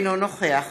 אינו נוכח